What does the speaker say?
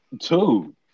two